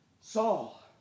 Saul